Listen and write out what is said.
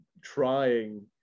trying